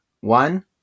One